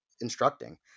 instructing